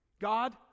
God